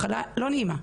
מחלה לא נעימה,